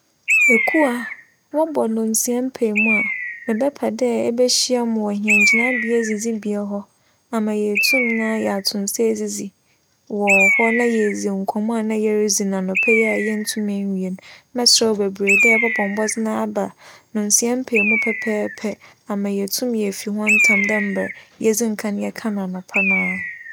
Ekuwa, wͻbͻ ndͻnsia mpaemu a, mebɛpɛ dɛ ebehyia me wͻ hɛn gyinabea edzidzibea hͻ, ama yeetum na yɛato nsa edzidzi wͻ hͻ na yeedzi nkͻmbͻ a nna yeridzi no anapa yi a yenntum ennwie no. Mebɛserɛ wo beberee dɛ ebͻbͻ mbͻdzen aba ndͻnsia mpaemu pɛpɛɛpɛ ama yeetum efi hͻ ntsɛm dɛ mbrɛ yedzi kan ka no anapa no pɛpɛɛpɛ.